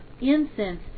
incense